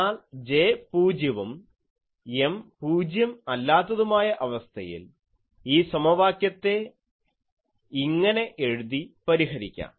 എന്നാൽ J പൂജ്യവും M പൂജ്യം അല്ലാത്തതുമായ അവസ്ഥയിൽ ഈ സമവാക്യത്തെ ഇങ്ങനെ എഴുതി പരിഹരിക്കാം